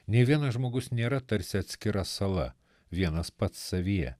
nei vienas žmogus nėra tarsi atskira sala vienas pats savyje